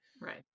Right